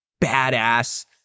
badass